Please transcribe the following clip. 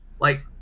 like-